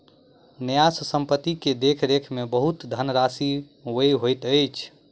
न्यास संपत्ति के देख रेख में बहुत धनराशि व्यय होइत अछि